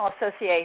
association